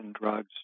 drugs